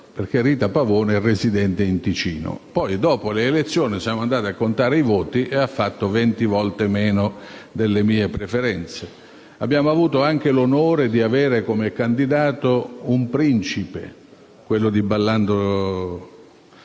Rita Pavone, che è residente in Ticino. Dopo le elezioni, siamo andati a contare i voti e ha avuto venti volte meno le mie preferenze. Abbiamo avuto anche l'onore di avere come candidato un principe, quello che ha